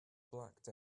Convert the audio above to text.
blacked